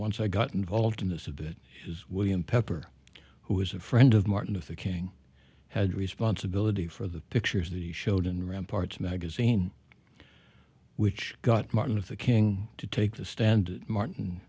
once i got involved in this of it was william pepper who was a friend of martin luther king had responsibility for the pictures that he showed and ramparts magazine which got martin luther king to take the stand martin